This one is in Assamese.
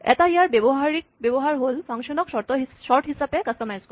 এটা ইয়াৰ ব্যৱহাৰিক ব্যৱহাৰ হ'ল ফাংচনক চৰ্ট হিচাপে কাস্টমাইজ কৰা